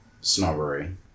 snobbery